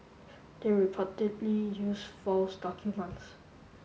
they reportedly use false documents